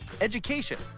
education